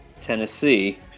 Tennessee